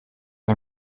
ein